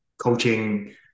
coaching